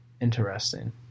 interesting